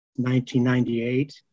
1998